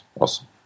awesome